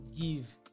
give